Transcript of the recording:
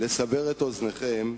לסבר את אוזנכם,